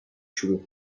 شروع